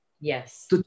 Yes